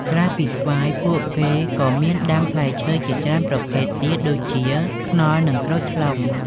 ក្រៅពីស្វាយ ពួកគេក៏មានដាំផ្លែឈើជាច្រើនប្រភេទទៀតដូចជាខ្នុរនិងក្រូចថ្លុង។